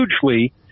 hugely